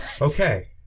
Okay